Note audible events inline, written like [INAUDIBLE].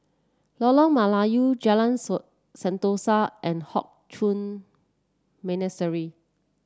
Lorong Melayu Jalan [UNINTELLIGIBLE] Sentosa and Hock Chuan Monastery